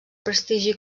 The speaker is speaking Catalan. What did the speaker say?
prestigi